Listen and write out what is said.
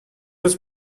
was